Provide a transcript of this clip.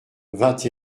vingt